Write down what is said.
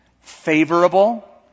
favorable